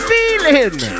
Feeling